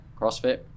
CrossFit